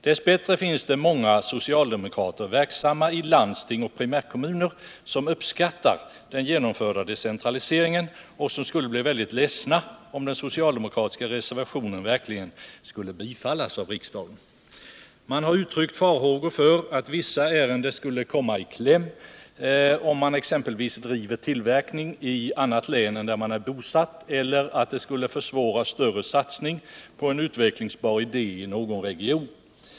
Dess bättre finns det i landsting och primärkommuner många socialdemokrater, som uppskattar den genomförda decentraliseringen och som skulle bli väldigt ledsna om den socialdemokratiska reservationen 6 verkligen skulle bifallas av riksdagen. Det har uttryckts farhågor för att vissa ärenden skulle komma i kläm —-om man exempelvis driver tillverkning i ett annat län än där man är bosatt — och att de regionala fonderna skulle försvåra stora satsningar på en utvecklingsbar idé i någon region.